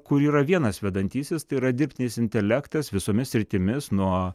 kur yra vienas vedantysis tai yra dirbtinis intelektas visomis sritimis nuo